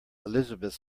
elizabeth